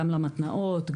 גם למתנ"אות,